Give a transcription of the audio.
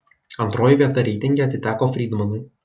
antroji vieta reitinge atiteko frydmanui